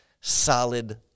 solid